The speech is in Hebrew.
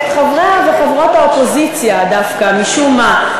את חברי וחברות האופוזיציה דווקא, משום מה.